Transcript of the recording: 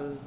u